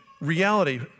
reality